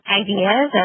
ideas